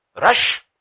Rush